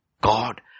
God